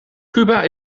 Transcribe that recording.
cuba